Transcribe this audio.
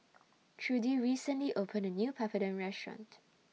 Trudie recently opened A New Papadum Restaurant